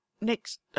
next